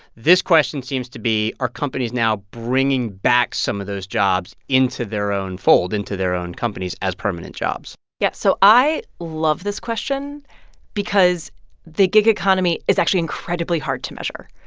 this question seems to be, are companies now bringing back some of those jobs into their own fold, into their own companies, as permanent jobs? yeah, so i love this question because the gig economy is actually incredibly hard to measure.